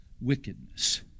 wickedness